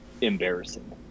embarrassing